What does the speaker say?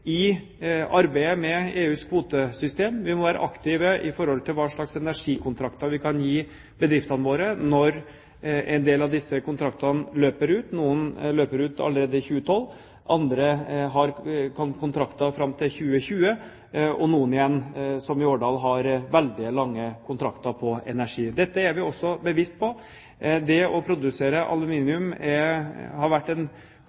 i arbeidet med EUs kvotesystem. Vi må være aktive i forhold til hva slags energikontrakter vi kan gi bedriftene våre når en del av disse kontraktene løper ut. Noen løper ut allerede i 2012. Andre har kontrakter fram til 2020, og noen igjen, som i Årdal, har veldig lange kontrakter på energi. Dette er vi også bevisste på. Det å produsere aluminium har vært en